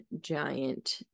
giant